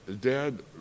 Dad